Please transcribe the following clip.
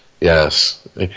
Yes